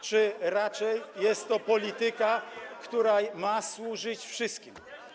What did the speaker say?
Czy raczej jest to polityka, która ma służyć wszystkim?